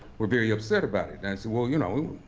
were very upset about it. and said, well you know,